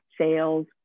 sales